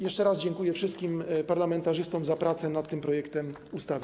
Jeszcze raz dziękuję wszystkim parlamentarzystom za pracę nad tym projektem ustawy.